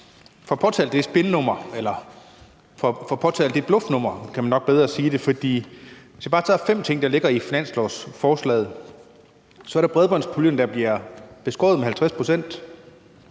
får påtalt det spin eller det bluffnummer, kan man nok bedre kalde det. For hvis man bare tager fem ting, der ligger i finanslovsforslaget, så er der bredbåndspuljen, der bliver beskåret med 50 pct.;